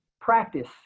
practice